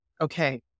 okay